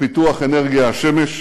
לפיתוח אנרגיית השמש,